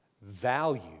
value